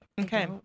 Okay